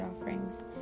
offerings